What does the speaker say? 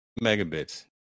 megabits